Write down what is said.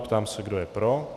Ptám se, kdo je pro.